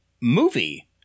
movie